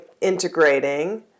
integrating